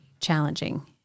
challenging